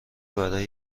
برای